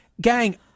Gang